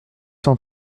cent